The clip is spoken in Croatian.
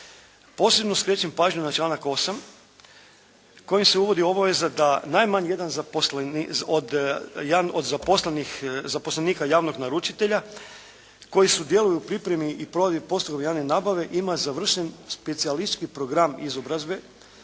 Posebno skrećem pažnju na članak 8. kojim se uvodi obaveza da najmanje jedan od zaposlenika javnog naručitelja koji sudjeluju u pripremi i provedbi postupka javne nabave ima završen specijalistički program izobrazbe